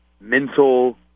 mental